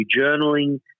journaling